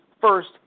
first